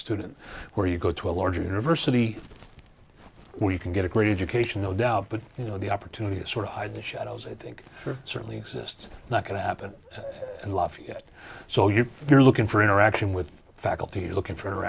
student where you go to a larger university we can get a great education no doubt but you know the opportunity to sort of hide the shadows i think certainly exists not going to happen in lafayette so you are looking for interaction with faculty looking for